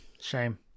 Shame